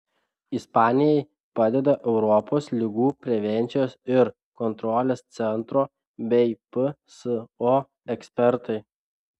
ispanijai padeda europos ligų prevencijos ir kontrolės centro bei pso ekspertai